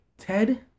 Ted